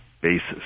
basis